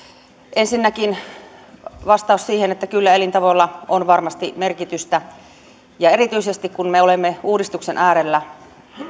ensinnäkin vastauksena siihen se että kyllä elintavoilla on varmasti merkitystä ja erityisesti kun me olemme uudistuksen äärellä